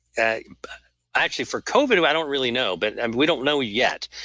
ah actually for covid, i don't really know, but and we don't know yet,